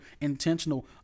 intentional